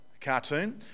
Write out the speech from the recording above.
cartoon